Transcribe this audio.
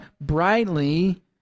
brightly